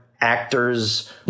actors